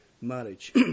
marriage